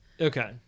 Okay